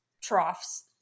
troughs